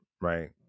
right